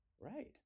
Right